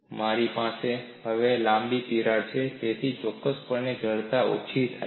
મારી પાસે હવે લાંબી તિરાડ છે તેથી ચોક્કસપણે જડતા ઓછી થાય છે